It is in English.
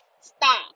stop